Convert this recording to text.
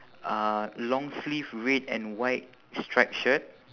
uh long sleeve red and white striped shirt